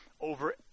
over